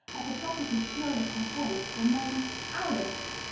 at the top of his shrill little voice, the name alice!